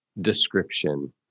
description